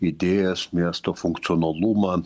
idėjas miesto funkcionalumą